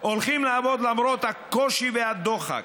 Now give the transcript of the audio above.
הולכים לעבוד למרות הקושי והדוחק,